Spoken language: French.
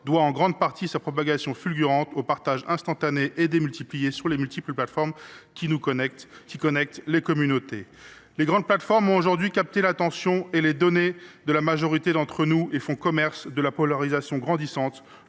sont en grande partie le fait du partage instantané et démultiplié sur les multiples plateformes qui nous connectent, qui connectent les communautés. Les grandes plateformes ont aujourd’hui capté l’attention et les données de la majorité d’entre nous et font commerce de la polarisation grandissante